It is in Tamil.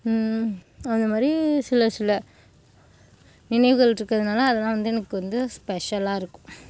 அந்த மாதிரி சில சில நினைவுகளிருக்கறதுனால அதெலாம் வந்து எனக்கு வந்து ஸ்பெஷலாக இருக்குது